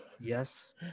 Yes